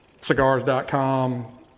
Cigars.com